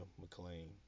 McLean